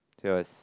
thus